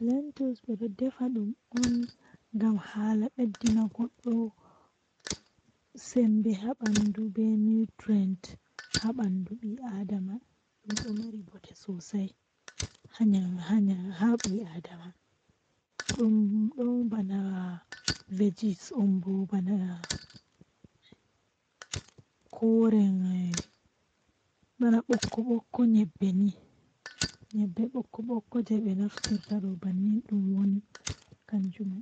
Eey, ko waɗi ko neɗɗo ɗoo waɗataa hakkunde ngoodi haalde e leydi ɗum so he saayi. Ko aduna maa waɗanaa ɗum ɗoo ɗi famataa ngam njogorde maa, e waɗal kadi, ɗum woni laawol laamu. So a heɓata ɗam ngoodi ka leydi fof e jam e nder laamu, ɗum waɗata heɓre ngoodi ɗi waɗande faamugol aduna.